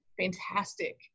fantastic